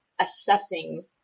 assessing